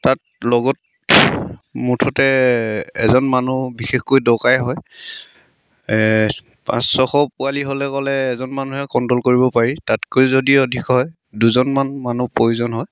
তাত লগত মুঠতে এজন মানুহ বিশেষকৈ দৰকাৰেই হয় পাঁচ ছশ পোৱালী হ'লে গ'লে এজন মানুহে কণ্ট্ৰল কৰিব পাৰি তাতকৈ যদি অধিক হয় দুজনমান মানুহ প্ৰয়োজন হয়